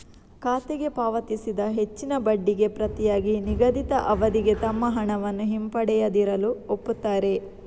ಖಾತೆಗೆ ಪಾವತಿಸಿದ ಹೆಚ್ಚಿನ ಬಡ್ಡಿಗೆ ಪ್ರತಿಯಾಗಿ ನಿಗದಿತ ಅವಧಿಗೆ ತಮ್ಮ ಹಣವನ್ನು ಹಿಂಪಡೆಯದಿರಲು ಒಪ್ಪುತ್ತಾರೆ